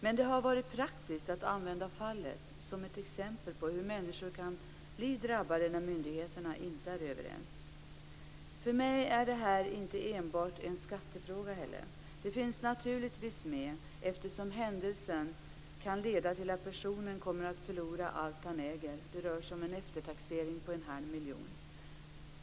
Men det har varit praktiskt att använda fallet som ett exempel på hur människor kan bli drabbade när myndigheterna inte är överens. För mig är det här inte heller enbart en skattefråga. Den frågan finns naturligtvis med, eftersom händelsen kan leda till att personen kommer att förlora allt han äger. Det rör sig om en eftertaxering på en halv miljon.